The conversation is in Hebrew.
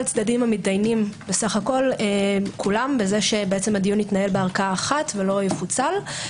צדדים המידיינים בסך הכול כולם בזה שהדיון יתנהל בערכאה אחת ולא יפוצל.